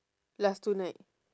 last two night